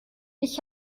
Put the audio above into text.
ich